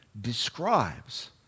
describes